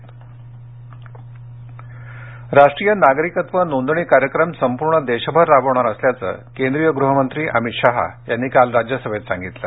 NRC राष्ट्रीय नागरिकत्व नोंदणी कार्यक्रम संपूर्ण देशभर राबवणार असल्याचं केंद्रीय गृहमंत्री अमित शहा यांनी काल राज्यसभेत सांगितलं